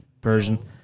Persian